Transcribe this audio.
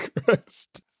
christ